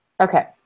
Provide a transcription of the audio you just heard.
Okay